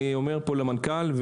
אני אומר פה למנכ"ל,